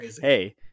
hey